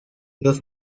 los